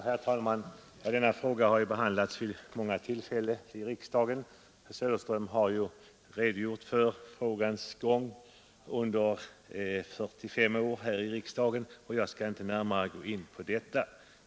Herr talman! Denna fråga har ju behandlats i riksdagen vid många tillfällen. Herr Söderström har redogjort för frågans öden under 45 år, och jag skall inte närmare gå in på detta.